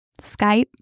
Skype